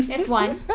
that's one